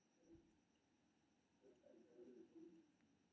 कृषि केंद्र सं ई पता चलि सकै छै जे कोन कोन यंत्र पर सब्सिडी भेटै छै